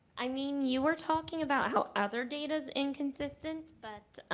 i mean, you were talking about how other data's inconsistent. but,